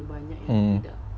mm